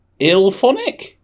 Ilphonic